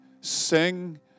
sing